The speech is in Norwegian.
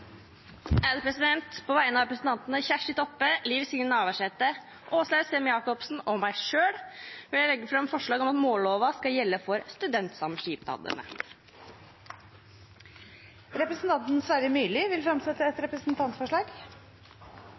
et representantforslag. På vegne av representantene Kjersti Toppe, Liv Signe Navarsete, Åslaug Sem-Jacobsen og meg selv vil jeg legge fram et forslag om at mållova skal gjelde for studentsamskipnadene. Representanten Sverre Myrli vil fremsette et representantforslag.